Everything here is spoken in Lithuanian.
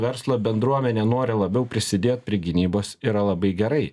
verslo bendruomenė nori labiau prisidėt prie gynybos yra labai gerai